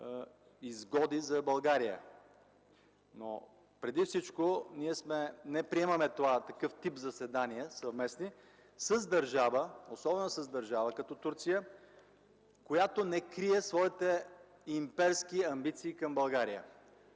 изгоди за България. Преди всичко не приемаме такъв тип съвместни заседания, особено с държава като Турция, която не крие своите имперски амбиции към България.